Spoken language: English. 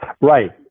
Right